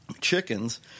Chickens